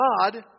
God